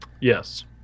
Yes